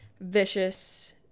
Vicious